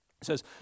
says